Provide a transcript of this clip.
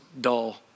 dull